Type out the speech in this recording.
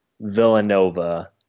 Villanova